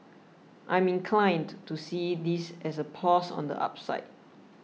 I'm inclined to see this as a pause on the upside